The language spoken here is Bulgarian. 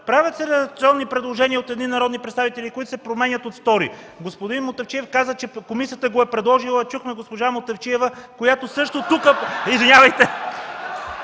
правят се редакционни предложения от едни народни представители, които се променят от втори. Господин Мутафчиев каза, че комисията го е предложила, чухме госпожа Манолова, самата тя стана